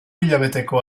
hilabeteko